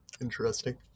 interesting